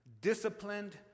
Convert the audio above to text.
disciplined